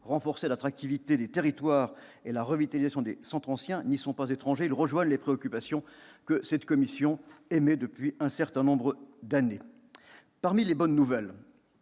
que de l'attractivité des territoires et de la revitalisation des centres anciens n'y est pas non plus étranger. Cela rejoint les préoccupations que notre commission exprime depuis un certain nombre d'années. Parmi les bonnes nouvelles